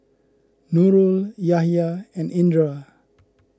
Nurul Yahya and Indra